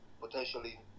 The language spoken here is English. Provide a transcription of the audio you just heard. potentially